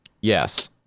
Yes